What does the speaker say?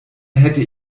hätte